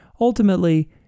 ultimately